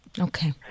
Okay